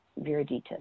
viriditas